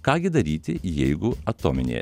ką gi daryti jeigu atominėje